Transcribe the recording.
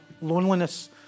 loneliness